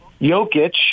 Jokic